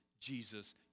Jesus